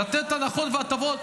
לתת הנחות והטבות,